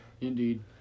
Indeed